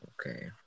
okay